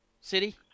City